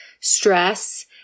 stress